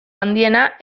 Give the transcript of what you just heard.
handiena